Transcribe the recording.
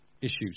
issues